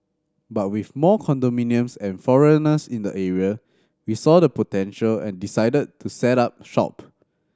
but with more condominiums and foreigners in the area we saw the potential and decided to set up shop